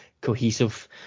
cohesive